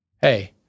hey